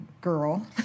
girl